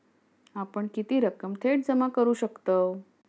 आपण किती रक्कम थेट जमा करू शकतव?